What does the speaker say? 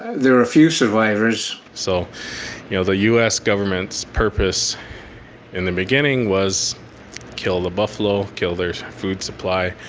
there were a few survivors. so you know, the us government's purpose in the beginning was kill the buffalo, kill their food supply,